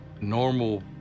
normal